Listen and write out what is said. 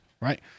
right